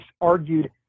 argued